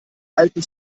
alten